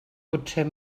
potser